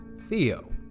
Theo